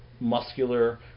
muscular